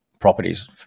properties